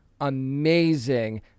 amazing